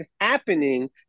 happening